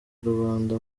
rubanda